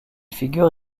figure